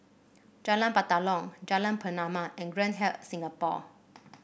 Jalan Batalong Jalan Pernama and Grand Hyatt Singapore